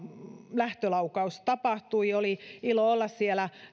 lähtölaukaus tapahtui oli ilo olla siellä